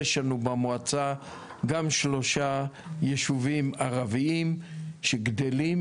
יש לנו במועצה גם שלושה ישובים ערבים שגדלים.